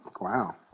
wow